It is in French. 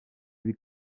lui